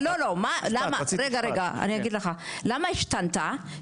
למה השתנתה?